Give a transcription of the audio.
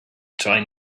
train